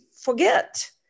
forget